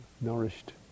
nourished